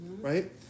right